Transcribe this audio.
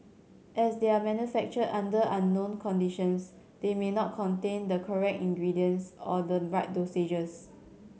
as they are manufactured under unknown conditions they may not contain the correct ingredients or the right dosages